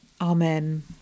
Amen